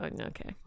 okay